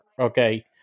okay